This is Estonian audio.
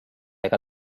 ega